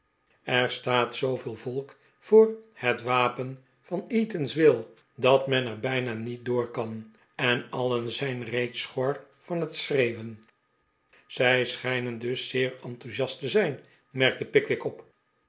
er staat zooveel volk voor het wapen van eatanswill dat men er bijna niet door kan en alien zijn reeds schor van het schreeuwen zij schijnen dus zeer enthousiast te zijn merkte pickwick op